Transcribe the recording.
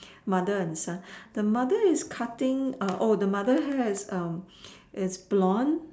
mother and son the mother is cutting the mother has is blonde